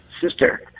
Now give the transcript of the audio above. Sister